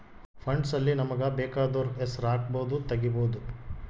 funds ಅಲ್ಲಿ ನಮಗ ಬೆಕಾದೊರ್ ಹೆಸರು ಹಕ್ಬೊದು ತೆಗಿಬೊದು